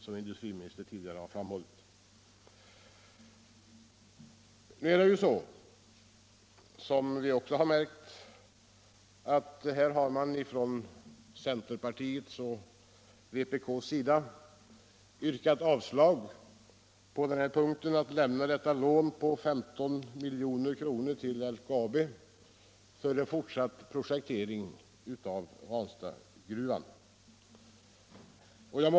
som industriministern tidigare framhållit, inte fattats. Centerpartiet och vpk har yrkat avslag på förslaget om ett lån på 15 milj.kr. till LKAB för fortsatt projektering av Ranstadsgruvan.